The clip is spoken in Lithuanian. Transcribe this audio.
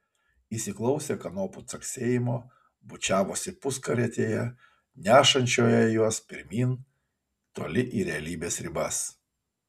įsiklausę kanopų caksėjimo bučiavosi puskarietėje nešančioje juos pirmyn toli į realybės ribas